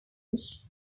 which